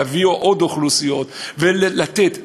להביא עוד אוכלוסיות ולתת.